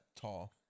tall